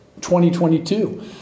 2022